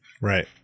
Right